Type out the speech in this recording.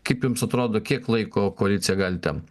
kaip jums atrodo kiek laiko koalicija gali tem